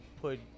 put